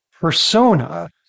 persona